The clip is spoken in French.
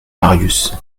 marius